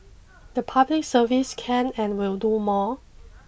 the Public Service can and will do more